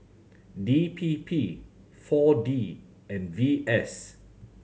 D P P Four D and V S